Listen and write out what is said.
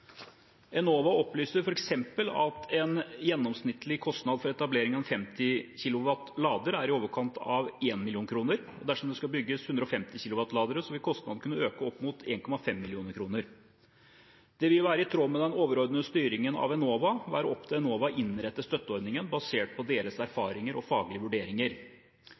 Enova opplyser f.eks. at en gjennomsnittlig kostnad for etablering av lader på 50 kW er i overkant av 1 mill. kr. Dersom det skal bygges ladere på 150 kW, vil kostnaden kunne øke opp mot 1,5 mill. kr. Det vil være i tråd med den overordnede styringen av Enova, være opp til Enova, å innrette støtteordningen basert på deres erfaringer og faglige vurderinger.